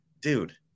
dude